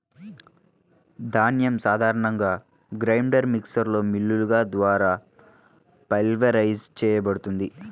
ధాన్యం సాధారణంగా గ్రైండర్ మిక్సర్లో మిల్లులు ద్వారా పల్వరైజ్ చేయబడుతుంది